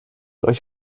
euch